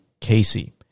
Casey